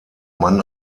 mann